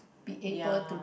be able to